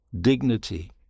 Dignity